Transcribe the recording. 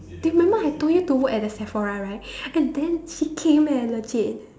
do you remember I told you to work at that Sephora right and then she came eh legit